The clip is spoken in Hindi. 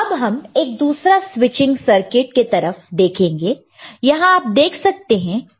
अब हम एक दूसरा स्विचिंग सर्किट के तरफ देखेंगे यहां आप देख सकते हैं कि दो स्विचस है